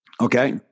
Okay